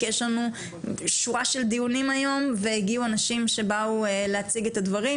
כי יש לנו שורה של דיונים היום והגיעו אנשים שבאו להציג את הדברים,